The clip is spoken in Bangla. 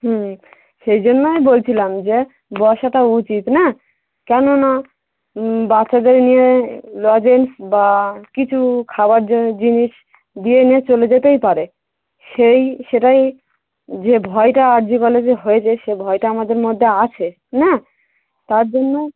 হুম সেই জন্যই বলছিলাম যে বসাটা উচিত না কেননা বাচ্চাদের নিয়ে লজেন্স বা কিছু খাবার য জিনিস দিয়ে নে চলে যেতেই পারে সেই সেটাই যে ভয়টা আর জি কলেজে হয়েছে সে ভয়টা আমাদের মধ্যে আছে না তার জন্য